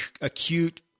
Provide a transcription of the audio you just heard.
acute